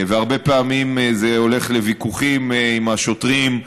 והרבה פעמים זה הולך לוויכוחים עם השוטרים,